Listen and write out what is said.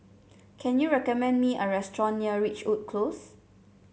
can you recommend me a restaurant near Ridgewood Close